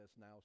now